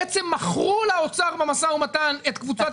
בעצם מכרו לאוצר במשא ומתן את קבוצת